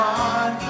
on